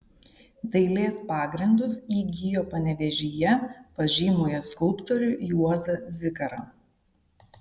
dailės pagrindus įgijo panevėžyje pas žymųjį skulptorių juozą zikarą